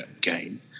game